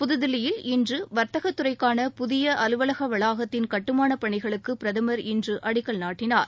புதுதில்லியில் இன்று வர்த்தகத்துறைக்கான புதிய அலுவலக வளாகத்தின் கட்டுமானப் பணிகளுக்கு பிரதமர் இன்று அடிக்கல் நாட்டினார்